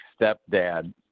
stepdad